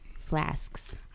Flasks